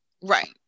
Right